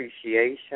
appreciation